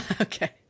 Okay